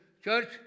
Church